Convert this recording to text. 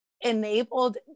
enabled